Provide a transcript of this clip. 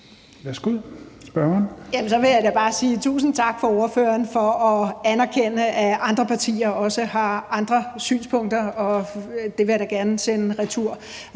tusind tak til ordføreren for at anerkende, at andre partier også har andre synspunkter, og det vil jeg da gerne sende retur.